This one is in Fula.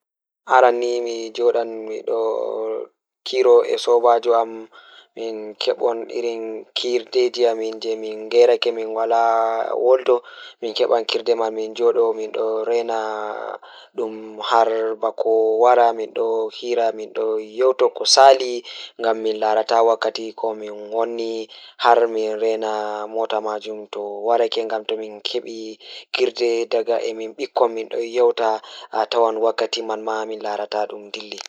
Aran ni mijodan mido kiiro e sobaajo am, So miɗo waɗa waɗɗi saare ndiyam e kanko ngoo sarii ɗi, miɗo fayda waawude huuwde puccu am ko yaafa, njiɗii diwaarɗe e ngol ngal miɗo laaɓaani. Miɗo laaɓi cikkitde baasal ngal woɗɓe koɗi ngam njiɗtii haayre am. So mi ɗum naati, miɗo huuwde radio ngal ngam mi wallita labunɗe e ciyewal.